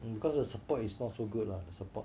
because the support is not so good lah support